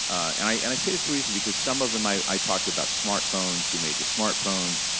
and i and i say this for a reason, because some of them i i talked to about smart phones, who made the smart phones.